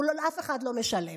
אף אחד לא משלם.